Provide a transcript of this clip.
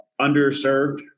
underserved